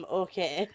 okay